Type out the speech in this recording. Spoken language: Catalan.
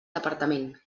departament